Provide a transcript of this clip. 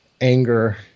anger